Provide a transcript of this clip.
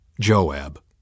Joab